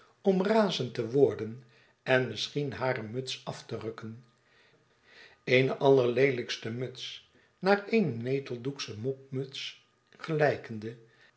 om razend te worden en misschien hare muts af te rukken eene allerleelijkste muts naar eene neteldoeksche mopmutsgelijkende